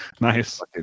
nice